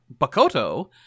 Bakoto